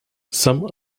some